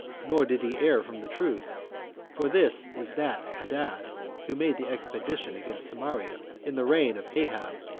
nor did he err from the truth for this is that hadad who made the expedition against samaria, in the reign of ahab,